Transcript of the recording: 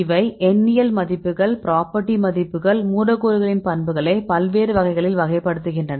இவை எண்ணியல் மதிப்புகள் ப்ராப்பர்ட்டி மதிப்புகள் மூலக்கூறுகளின் பண்புகளை பல்வேறு வகைகளில் வகைப்படுத்துகின்றன